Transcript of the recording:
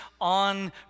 on